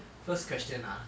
first question ah